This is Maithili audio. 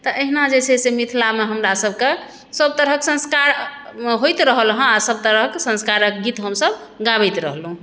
तऽ अहिना जे छै से मिथिलामे हमरा सभके सभ तरहके संस्कार होइत रहल हे आओर सभ तरहक संस्कारक गीत हम सभ गाबैत रहलहुँ हेँ